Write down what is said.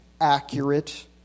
accurate